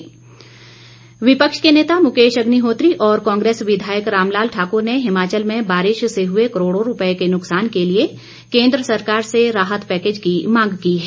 कांग्रे स विपक्ष के नेता मुकेश अग्निहोत्री और कांग्रेस विधायक रामलाल ठाकुर ने हिमाचल में बारिश से हुए करोड़ों रुपए के नुक्सान के लिए केंद्र सरकार से राहत पैकेज की मांग की है